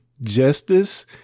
justice